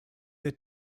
der